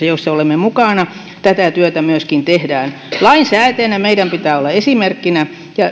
joissa olemme mukana tätä työtä myöskin tehdään lainsäätäjinä meidän pitää olla esimerkkinä